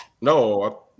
No